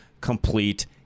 complete